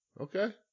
Okay